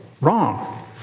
wrong